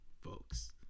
folks